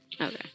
okay